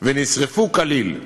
ונשרפו כליל.